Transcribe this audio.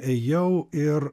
ėjau ir